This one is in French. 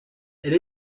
elle